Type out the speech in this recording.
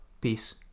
Peace